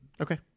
Okay